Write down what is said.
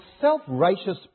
self-righteous